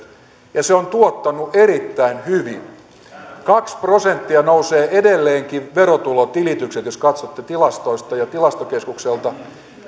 ja se on tuottanut erittäin hyvin kaksi prosenttia nousevat edelleenkin verotulotilitykset jos katsotte tilastoista ja tilastokeskukselta